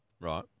Right